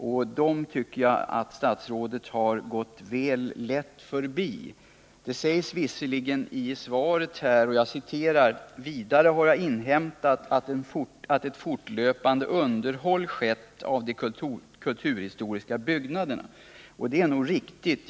Jag tycker att statsrådet alltför lättvindigt gick förbi detta. Visserligen sägs det i svaret: ”Vidare har jag inhämtat att ett fortlöpande underhåll skett av de kulturhistoriska byggnaderna.” Det är nog riktigt.